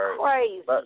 crazy